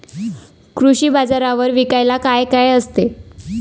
कृषी बाजारावर विकायला काय काय असते?